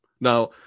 Now